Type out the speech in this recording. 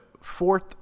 fourth